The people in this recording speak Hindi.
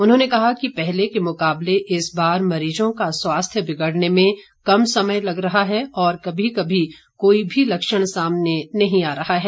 उन्होंने कहा कि पहले के मुकाबले इस बार मरीजों का स्वास्थ्य बिगड़ने में कम समय लग रहा है और कभी कभी कोई भी लक्षण सामने नहीं आ रहा है